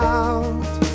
out